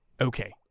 Okay